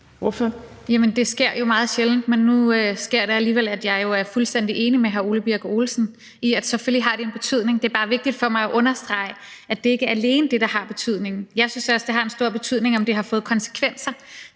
det sker jo meget sjældent, men nu sker det alligevel: at jeg jo er fuldstændig enig med hr. Ole Birk Olesen i, at det selvfølgelig har en betydning. Det er bare vigtigt for mig at understrege, at det ikke alene er det, der har betydning. Jeg synes også, det har stor betydning, om det har fået konsekvenser